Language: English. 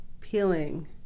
peeling